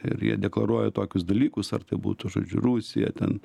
ir jie deklaruoja tokius dalykus ar tai būtų žodžiu rusija ten